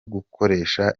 gukoresha